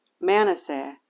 Manasseh